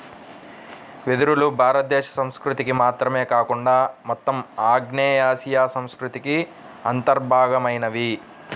వెదురులు భారతదేశ సంస్కృతికి మాత్రమే కాకుండా మొత్తం ఆగ్నేయాసియా సంస్కృతికి అంతర్భాగమైనవి